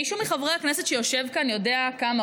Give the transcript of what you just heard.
מישהו מחברי הכנסת שיושב כאן יודע כמה